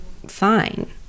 Fine